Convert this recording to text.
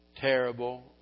terrible